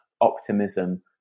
optimism